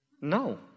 No